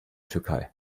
türkei